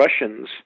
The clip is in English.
Russians